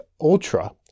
Ultra